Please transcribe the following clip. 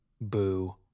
boo